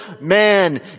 man